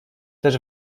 też